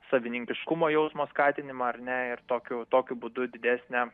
savininkiškumo jausmo skatinimą ar ne ir tokiu tokiu būdu didesnę